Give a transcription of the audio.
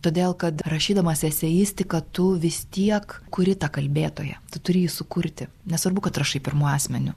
todėl kad rašydamas eseistiką tu vis tiek kuri tą kalbėtoją tu turi jį sukurti nesvarbu kad rašai pirmu asmeniu